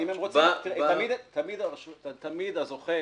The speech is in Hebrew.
תמיד הזוכה,